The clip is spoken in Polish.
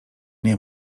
nie